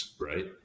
right